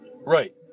Right